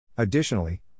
Additionally